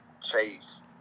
Chase